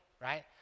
right